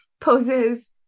poses